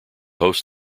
host